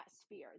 sphere